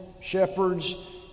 shepherds